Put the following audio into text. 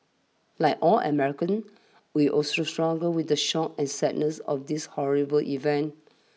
like all Americans we also struggle with the shock and sadness of these horrible events